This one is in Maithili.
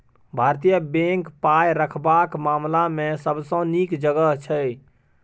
भारतीय बैंक पाय रखबाक मामला मे सबसँ नीक जगह छै